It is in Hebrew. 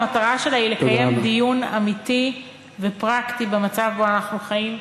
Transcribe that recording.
המטרה שלה היא לקיים דיון אמיתי ופרקטי במצב שבו אנחנו חיים.